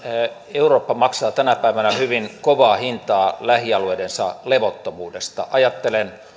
eurooppa maksaa tänä päivänä hyvin kovaa hintaa lähialueidensa levottomuudesta ajattelen